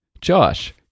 josh